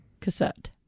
cassette